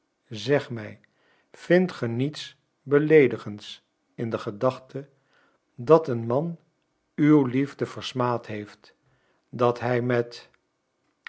zeg mij vindt ge niets beleedigends in de gedachte dat een man uw liefde versmaad heeft dat hij met